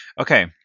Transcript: okay